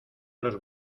los